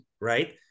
right